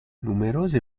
numerose